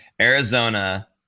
Arizona